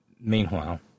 meanwhile